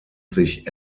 sich